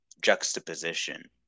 juxtaposition